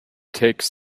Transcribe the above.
takes